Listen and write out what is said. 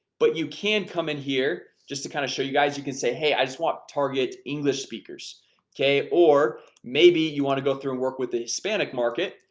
but you can come in here just to kind of show you guys you can say hey. i just want target english speakers okay, or maybe you want to go through and work with the hispanic market,